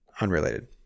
unrelated